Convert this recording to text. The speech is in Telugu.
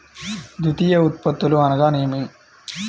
ద్వితీయ ఉత్పత్తులు అనగా నేమి?